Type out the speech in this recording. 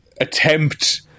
attempt